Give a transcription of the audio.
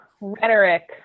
rhetoric